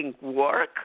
work